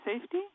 safety